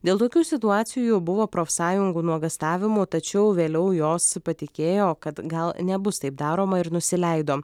dėl tokių situacijų buvo profsąjungų nuogąstavimų tačiau vėliau jos patikėjo kad gal nebus taip daroma ir nusileido